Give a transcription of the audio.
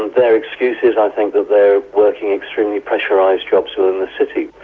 and their excuse is i think that they are working extremely pressurised jobs within the city.